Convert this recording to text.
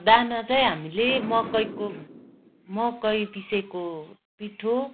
दाना चाहिँ हामीले मकैको मकै पिसेको पिठो